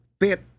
fit